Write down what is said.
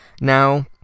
Now